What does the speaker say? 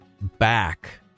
back